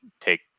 take